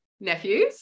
nephews